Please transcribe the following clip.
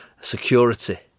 Security